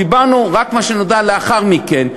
דיברנו רק על מה שנודע לאחר מכן,